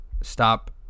stop